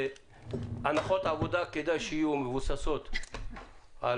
כדאי שהנחות העבודה יהיו מבוססות על